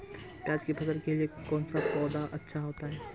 प्याज़ की फसल के लिए कौनसी पौद अच्छी होती है?